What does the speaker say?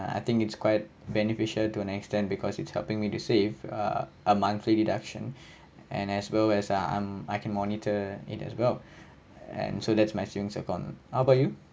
ah I think it's quite beneficial to an extent because it's helping me to save uh a monthly deduction and as well as uh I'm I can monitor it as well and so that's my savings account how about you